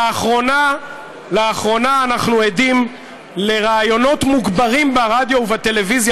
לאחרונה אנחנו עדים לראיונות מוגברים ברדיו ובטלוויזיה,